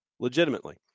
legitimately